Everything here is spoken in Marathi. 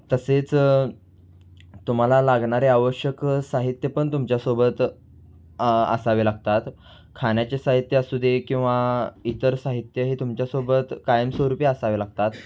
तसेच तुम्हाला लागणारे आवश्यक साहित्य पण तुमच्यासोबत असावे लागतात खाण्याचे साहित्य असू दे किंवा इतर साहित्य हे तुमच्यासोबत कायमस्वरूपी असावे लागतात